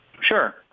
Sure